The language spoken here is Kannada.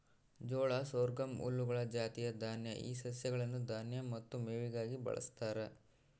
ಜೋಳ ಸೊರ್ಗಮ್ ಹುಲ್ಲುಗಳ ಜಾತಿಯ ದಾನ್ಯ ಈ ಸಸ್ಯಗಳನ್ನು ದಾನ್ಯ ಮತ್ತು ಮೇವಿಗಾಗಿ ಬಳಸ್ತಾರ